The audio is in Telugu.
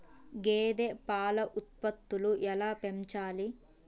గేదె పాల ఉత్పత్తులు ఎలా పెంచాలి?